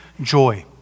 joy